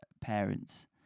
parents